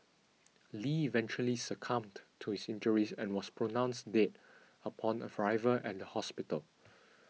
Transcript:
Lee eventually succumbed to his injuries and was pronounced dead upon arrival at the hospital